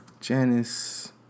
Janice